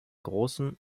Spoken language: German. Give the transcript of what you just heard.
großen